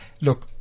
look